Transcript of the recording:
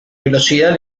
velocidad